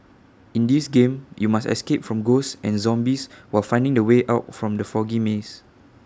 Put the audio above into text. in this game you must escape from ghosts and zombies while finding the way out from the foggy maze